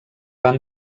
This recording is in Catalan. van